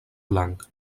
blanc